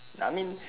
I mean